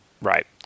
Right